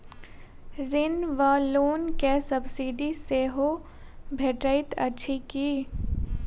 ऋण वा लोन केँ सब्सिडी सेहो भेटइत अछि की?